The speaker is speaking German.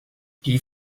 die